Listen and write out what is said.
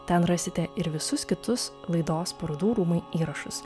ten rasite ir visus kitus laidos parodų rūmai įrašus